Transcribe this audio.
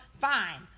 fine